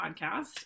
podcast